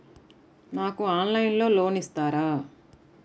నాకు ఆన్లైన్లో లోన్ ఇస్తారా?